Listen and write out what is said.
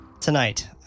tonight